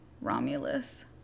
romulus